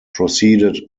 preceded